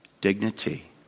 dignity